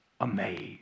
amazed